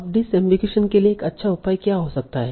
अब डिसअम्बिगुईशन के लिए एक अच्छा उपाय क्या हो सकता है